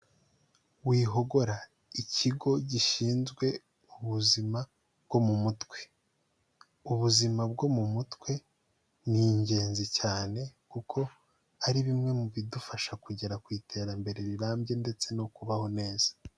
Wihogora ikigo gishinzwe ubuzima bwo mu mutwe. Ubuzima bwo mu mutwe ni ingenzi cyane kuko ari bimwe mu bidufasha kugera ku iterambere rirambye ndetse no kubaho neza.